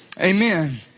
amen